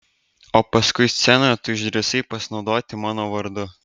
o paskui scenoje tu išdrįsai pasinaudoti mano vardu